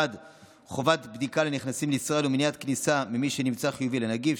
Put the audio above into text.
1. חובת בדיקה לנכנסים לישראל ומניעת כניסה ממי שנמצא חיובי לנגיף,